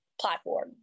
platform